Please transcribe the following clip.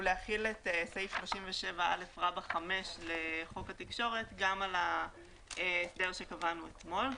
להחיל את סעיף 37א5 לחוק התקשורת גם על ההסדר שקבענו אתמול,